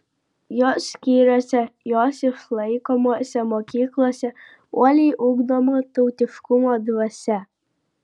jos skyriuose jos išlaikomose mokyklose uoliai ugdoma tautiškumo dvasia